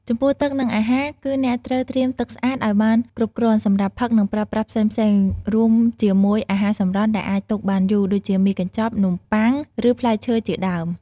ចំពោះ ទឹក និងអាហារ គឺអ្នកត្រូវត្រៀមទឹកស្អាតឲ្យបានគ្រប់គ្រាន់សម្រាប់ផឹក និងប្រើប្រាស់ផ្សេងៗ រួមជាមួយ អាហារសម្រន់ដែលអាចទុកបានយូរ ដូចជាមីកញ្ចប់ នំប៉័ង ឬផ្លែឈើជាដើម។